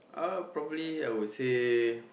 uh probably I would say